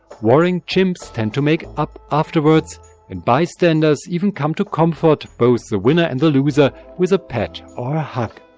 warring chimps tend to make up afterwards and bystanders even come to comfort both the winner and the loser with a pat or a hug.